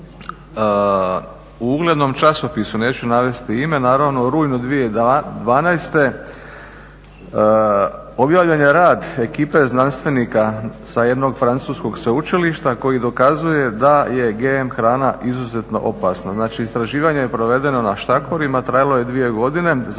U uglednom časopisu, neću navesti ime naravno, u rujnu 2012. objavljen je rad ekipe znanstvenika sa jednog francuskog sveučilišta koji dokazuje da je GM hrana izuzetno opasna. Znači, istraživanje je provedeno na štakorima, trajalo je 2 godine za